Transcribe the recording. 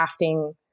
crafting